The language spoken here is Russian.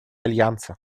альянса